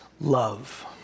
love